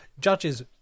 judges